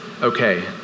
okay